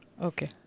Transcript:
Okay